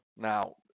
Now